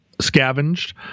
scavenged